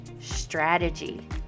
strategy